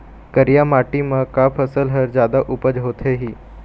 करिया माटी म का फसल हर जादा उपज होथे ही?